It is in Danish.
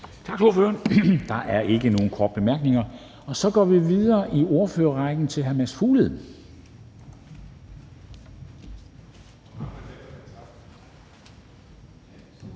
Tak til ordføreren. Der er ikke nogen korte bemærkninger. Så går vi videre i ordførerrækken til hr. Mads Fuglede,